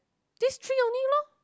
this three only lor